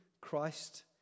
Christ